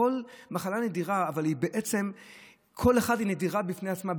כל מחלה נדירה אבל כל אחת היא נדירה בפני עצמה,